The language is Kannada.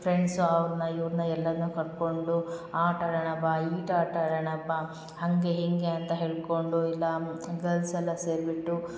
ಫ್ರೆಂಡ್ಸು ಅವ್ರನ್ನ ಇವ್ರನ್ನ ಎಲ್ಲರನ್ನು ಕರ್ಕೊಂಡು ಆಟ ಆಡೋಣ ಬಾ ಈಟ್ ಆಟ ಆಡೋಣ ಬಾ ಹಾಗೆ ಹೀಗೆ ಅಂತ ಹೇಳ್ಕೊಂಡು ಇಲ್ಲಾ ಗಲ್ಸ್ ಎಲ್ಲ ಸೇರಿಬಿಟ್ಟು